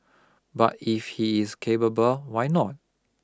but if he is capable why not